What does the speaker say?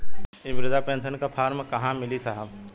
इ बृधा पेनसन का फर्म कहाँ मिली साहब?